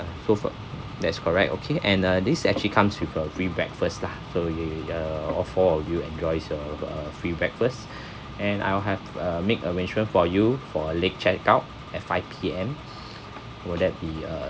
so for that's correct okay and uh this actually comes with a free breakfast lah so you uh all four of you enjoys your uh free breakfast and I'll have uh make arrangement for you for a late check out at five P_M will that be uh